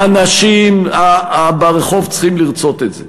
האנשים ברחוב צריכים לרצות את זה,